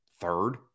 third